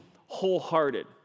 wholehearted